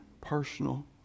personal